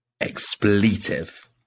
expletive